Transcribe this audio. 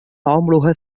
عمرها